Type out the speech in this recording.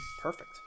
Perfect